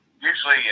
usually